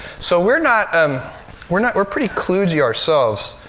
so we're not um we're not we're pretty kludge-y ourselves.